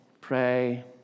Pray